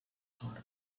fort